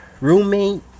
roommate